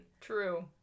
True